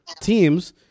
teams